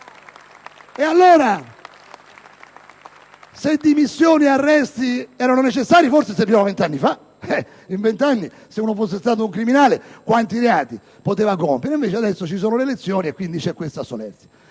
dopo! Se dimissioni e arresti erano necessari, forse servivano vent'anni fa. In vent'anni, se uno fosse stato un criminale, quanti reati poteva compiere? Invece adesso ci sono le elezioni e quindi c'è questa solerzia.